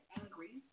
angry